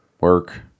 work